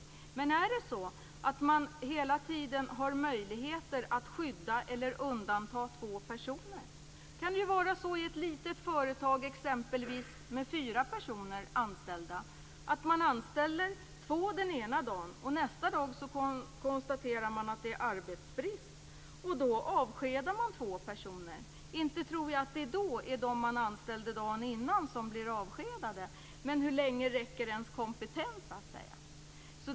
Om det finns möjligheter att skydda eller undanta två personer kan det leda till följande. I ett litet företag med exempelvis fyra anställda kanske två personer anställs den ena dagen. Nästa dag konstaterar man att det är arbetsbrist. Då avskedar man två personer. Inte är det då de som anställdes dagen innan som blir avskedade. Hur länge räcker ens kompetens?